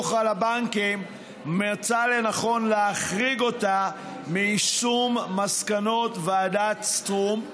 על הבנקים מצא לנכון להחריג אותה מיישום מסקנות ועדת שטרום.